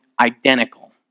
identical